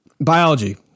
Biology